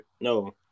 No